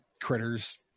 critters